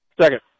Second